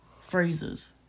phrases